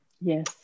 Yes